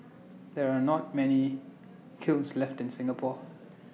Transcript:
there are not many kilns left in Singapore